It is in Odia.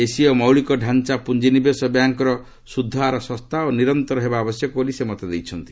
ଏସିୟ ମୌଳିକ ଢାଞ୍ଚଳ ପୁଞ୍ଜିନିବେଶ ବ୍ୟାଙ୍କ୍ର ସୁଦ୍ଧ ହାର ଶସ୍ତା ଓ ନିରନ୍ତର ହେବା ଆବଶ୍ୟକ ବୋଲି ସେ ମତ ଦେଇଛନ୍ତି